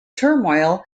turmoil